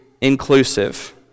inclusive